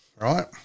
right